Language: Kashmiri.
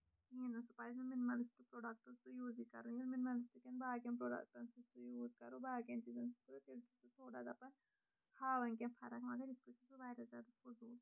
کِہینۍ نہٕ سُہ پَزِ نہٕ مِنِملیسٹ بروڈکٹ سُہ یوٗزٕے کَرُن یِمن مِنملِسٹ کٮ۪ن باقین بروڈکٹن سۭتۍ یوٗز کَرو باقین چیٖزَن سۭتۍ تیٚلہِ چھُ سُہ تھوڑا دَپن ہاوان کیٚنٛہہ فرق مَگر یِتھۍ کَن چھُ سُہ واریاہ زیادٕ فٔضوٗل